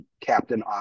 captain